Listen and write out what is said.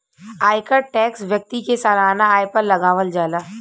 आयकर टैक्स व्यक्ति के सालाना आय पर लागावल जाला